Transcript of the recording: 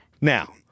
Now